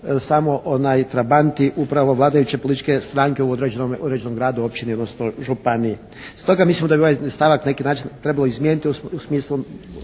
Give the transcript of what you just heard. samo trabanti upravo vladajuće političke stranke u određenom gradu, općini odnosno županiji. Stoga mislim da bi ovaj stavak na neki način trebalo izmijeniti u smislu